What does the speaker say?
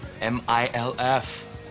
M-I-L-F